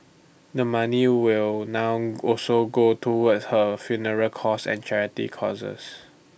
the money will now also go towards her funeral costs and charity causes